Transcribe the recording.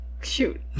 shoot